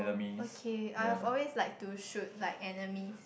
okay I've always like to shoot like enemies